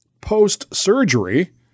post-surgery